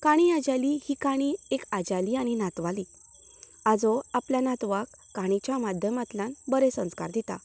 काणी आज्याली ही काणी एक आज्याली आनी नातवाली आजो आपल्या नातवाक काणयेच्या माध्यामांतल्यान बरें संस्कार दिता